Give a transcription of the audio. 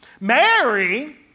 Mary